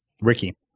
Ricky